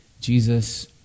Jesus